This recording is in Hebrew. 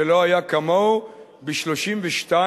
שלא היה כמוהו ב-32,